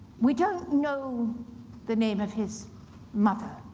we don't know the name of his mother